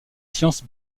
sciences